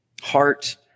heart